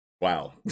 wow